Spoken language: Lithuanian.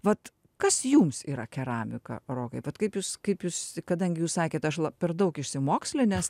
vat kas jums yra keramika rokai vat kaip jūs kaip jūs kadangi jūs sakėt aš la per daug išsimokslinęs